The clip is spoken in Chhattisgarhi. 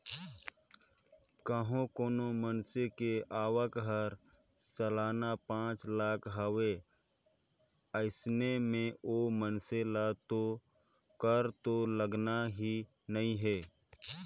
कंहो कोनो मइनसे के आवक हर सलाना पांच लाख हवे अइसन में ओ मइनसे ल तो कर तो लगना ही नइ हे